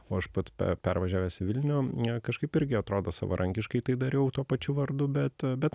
o aš pats pervažiavęs į vilnių kažkaip irgi atrodo savarankiškai tai dariau tuo pačiu vardu bet bet